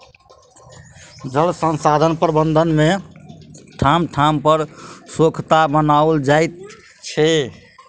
जल संसाधन प्रबंधन मे ठाम ठाम पर सोंखता बनाओल जाइत छै